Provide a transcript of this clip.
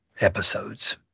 episodes